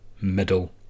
middle